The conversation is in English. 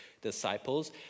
disciples